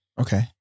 Okay